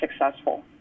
successful